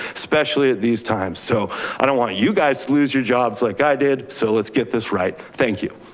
especially these times, so i don't want you guys lose your jobs like i did. so let's get this right, thank you.